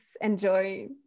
enjoy